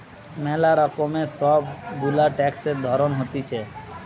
ম্যালা রকমের সব গুলা ট্যাক্সের ধরণ হতিছে